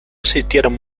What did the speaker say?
existieron